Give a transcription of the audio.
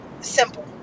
Simple